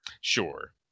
sure